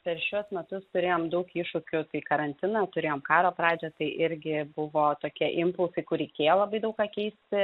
per šiuos metus turėjom daug iššūkių tai karantiną turėjom karo pradžią tai irgi buvo tokie impulsai kur reikėjo labai daug ką keisti